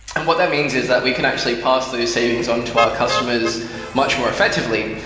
and what that means is that we can actually pass those savings on to our customers much more effectively.